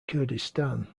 kurdistan